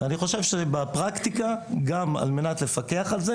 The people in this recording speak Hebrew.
אני חושב שבפרקטיקה, גם על מנת לפקח על זה